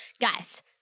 guys